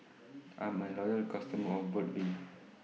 I'm A Loyal customer of Burt's Bee